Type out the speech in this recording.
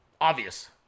obvious